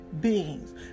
beings